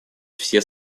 все